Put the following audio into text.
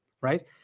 Right